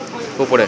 উপরে